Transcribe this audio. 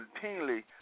continually